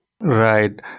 Right